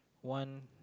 one